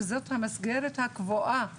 וזאת המסגרת הקבועה שלהם.